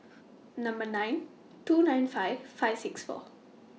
Number nine two nine five five six four